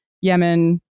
Yemen